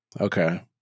Okay